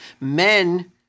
Men –